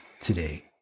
today